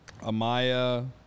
Amaya